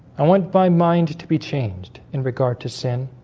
i went by mind to be changed in regard to sin.